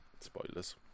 spoilers